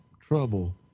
trouble